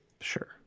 Sure